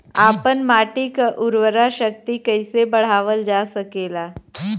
आपन माटी क उर्वरा शक्ति कइसे बढ़ावल जा सकेला?